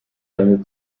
seine